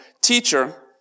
Teacher